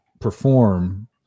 perform